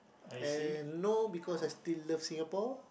and now because I still love Singapore